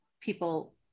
people